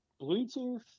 Bluetooth